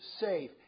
safe